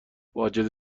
واجد